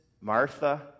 Martha